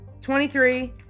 23